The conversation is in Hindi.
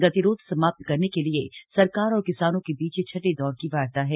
गतिरोध समाप्त करने के लिए सरकार और किसानों के बीच यह छठे दौर की वार्ता है